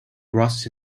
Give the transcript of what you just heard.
grasses